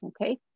okay